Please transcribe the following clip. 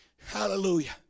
Hallelujah